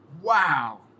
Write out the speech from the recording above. Wow